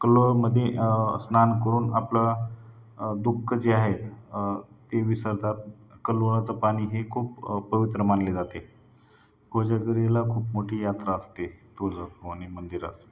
कल्लोळामध्ये स्नान करून आपलं दुःखं जे आहेत ते विसरतात कल्लोळाचं पाणी हे खूप पवित्र मानले जाते कोजागिरीला खूप मोठी यात्रा असते तुळजाभवानी मंदिरास